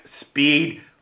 speed